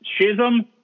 schism